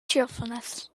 cheerfulness